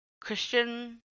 Christian